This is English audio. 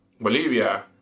Bolivia